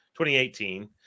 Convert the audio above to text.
2018